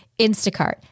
Instacart